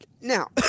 Now